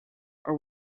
are